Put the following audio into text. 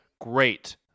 great